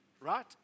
right